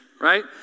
right